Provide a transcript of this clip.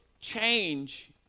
Change